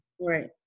Right